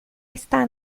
está